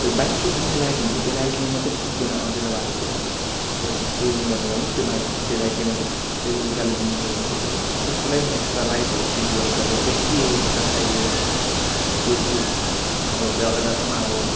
अब बाइकको जुन चाहिँ लाइट हुन्छ त्यो लाइटले मात्रै पुग्दैन अध्यारो बाटोतिर त्यो टुरिङ गर्नु लागि त्यो बाइट त्यो लाइटले मात्रै त्यो उज्यालो दिनु सक्दैन त्यत्रो त्यसको लागि एक्स्ट्रा लाइटहरू फिट गर्नु पऱ्यो ब्याट्री एक्स्ट्रा चाहियो त्योपिच्छे अब जग्गा जग्गामा अब